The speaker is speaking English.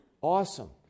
Awesome